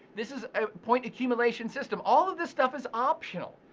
this is a point accumulation system, all of this stuff is optional.